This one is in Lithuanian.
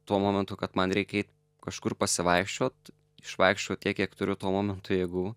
tuo momentu kad man reikia eit kažkur pasivaikščiot išvaikščiojau tiek kiek turiu tuo momentu jėgu